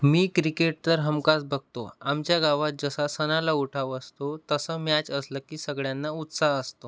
मी cricket तर हमखास बघतो आमच्या गावात जसा सणाला उठाव असतो तसं मॅच असलं की सगळ्यांना उत्साह असतो